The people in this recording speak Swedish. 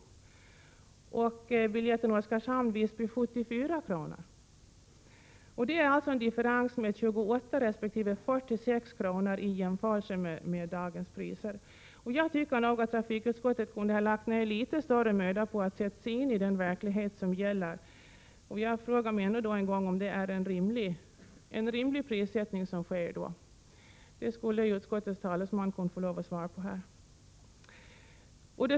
i dag — och biljetten Oskarshamn — Visby 74 kr. Det är alltså en differens på 28 resp. 46 kr. i jämförelse med dagens priser. Jag tycker nog att trafikutskottet kunde ha lagt ned litet större möda på att sätta sig in i den - verklighet som gäller. Jag frågar mig ännu en gång om det är en rimlig prissättning som sker. Det skulle utskottets talesman kunna svara på här.